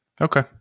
Okay